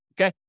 Okay